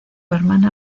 hermana